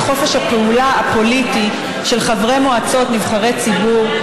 את חופש הפעולה הפוליטי של חברי מועצות נבחרי ציבור,